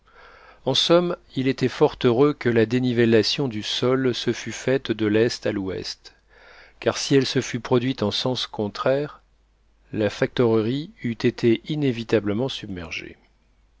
en somme il était fort heureux que la dénivellation du sol se fût faite de l'est à l'ouest car si elle se fût produite en sens contraire la factorerie eût été inévitablement submergée